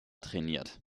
trainiert